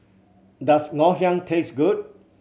does Ngoh Hiang taste good